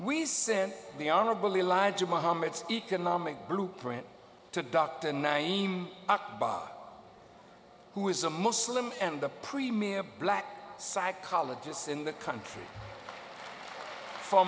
we sent the honorable elijah muhammad's economic blueprint to duct and naive bob who is a muslim and the premier black psychologists in the country for